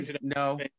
no